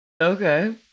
okay